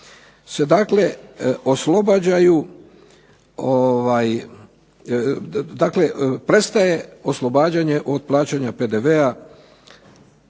se dakle oslobađaju, dakle prestaje oslobađanje od plaćanja PDV-a